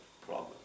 problem